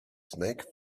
snake